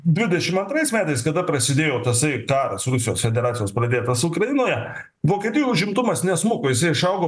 dvidešimt antrais metais kada prasidėjo tasai karas rusijos federacijos pradėtas ukrainoje vokietijoje užimtumas nesmuko jisai išaugo